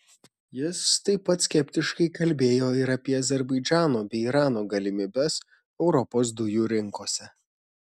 jis taip pat skeptiškai kalbėjo ir apie azerbaidžano bei irano galimybes europos dujų rinkose